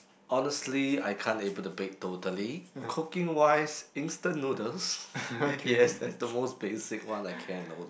honestly I can't able to bake totally cooking wise instant noodles yes that's the most basic one I can